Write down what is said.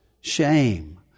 shame